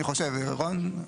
אני חושב, רון?